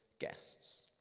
guests